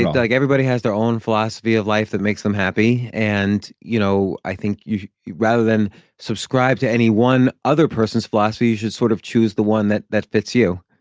like everybody has their own philosophy of life that makes them happy, and you know i think rather than subscribe to any one other person's philosophy, you should sort of choose the one that that fits you